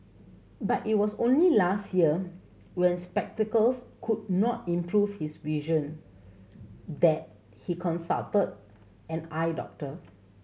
but it was only last year when spectacles could not improve his vision that he consulted an eye doctor